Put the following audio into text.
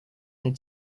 and